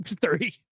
three